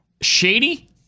Shady